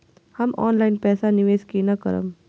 हम ऑनलाइन पैसा निवेश केना करब?